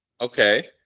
Okay